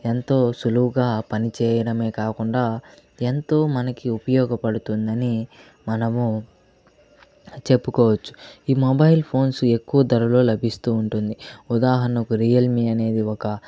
ఎంతో సులువుగా పని చేయడమే కాకుండా ఎంతో మనకి ఉపయోగపడుతుందని మనము చెప్పుకోవచ్చు ఈ మొబైల్ ఫోన్స్ ఎక్కువ ధరలో లభిస్తూ ఉంటుంది ఉదాహరణకు రియల్మీ అనేది ఒక